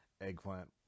Eggplant